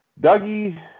Dougie